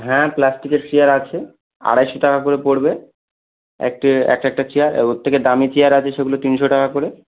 হ্যাঁ প্লাস্টিকের চেয়ার আছে আড়াইশো টাকা করে পড়বে একটে একটা একটা চেয়ার ওর থেকে দামী চেয়ার আছে সেগুলো তিনশো টাকা করে